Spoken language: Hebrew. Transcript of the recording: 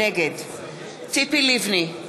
נגד ציפי לבני,